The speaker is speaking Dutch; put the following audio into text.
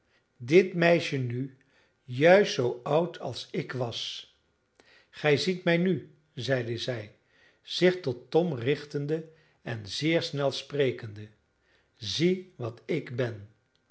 dit meisje nu juist zoo oud als ik was gij ziet mij nu zeide zij zich tot tom richtende en zeer snel sprekende zie wat ik ben